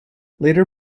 later